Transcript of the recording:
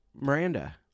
Miranda